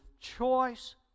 choice